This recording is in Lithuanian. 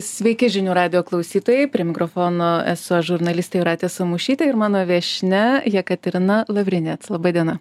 sveiki žinių radijo klausytojai prie mikrofono esu aš žurnalistė jūratė samušytė ir mano viešnia jekaterina lavrinec laba diena